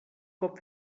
cop